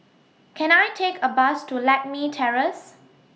Can I Take A Bus to Lakme Terrace